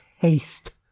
taste